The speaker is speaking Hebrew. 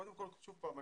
קודם כל שוב פעם,